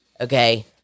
okay